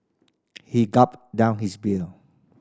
he gulped down his beer